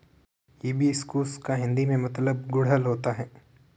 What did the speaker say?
hibiscus का हिंदी में मतलब गुड़हल होता है